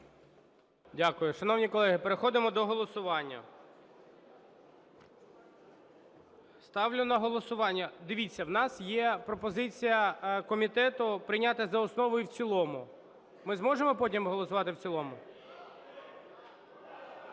Дякую. Шановні колеги, переходимо до голосування. Ставлю на голосування… Дивіться, у нас є пропозиція комітету прийняти за основу і в цілому. Ми зможемо потім голосувати в цілому?